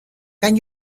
can